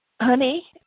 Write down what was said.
honey